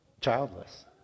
childless